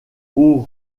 haut